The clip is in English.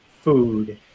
food